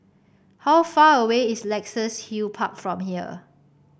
how far away is Luxus Hill Park from here